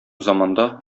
заманда